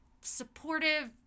supportive